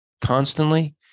constantly